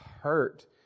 hurt